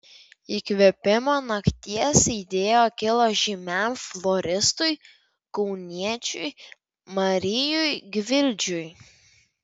įkvėpimo nakties idėja kilo žymiam floristui kauniečiui marijui gvildžiui